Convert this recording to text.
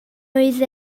oedd